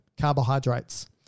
carbohydrates